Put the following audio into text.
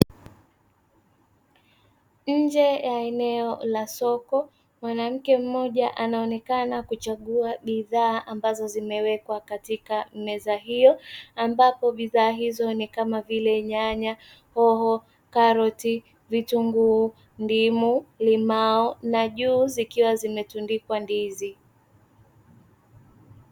Nje ya eneo la soko, mwanamke mmoja anaonekana kuchagua bidhaa ambazo zimewekwa katika meza hiyo. ambapo bidhaa hizo ni kama vile nyanya, hoho, karoti, vitunguu, ndimu, limau, na juu zikiwa zimetundikwa ndizi.